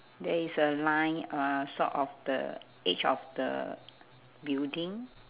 there is a line uh sort of the edge of the building